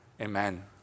Amen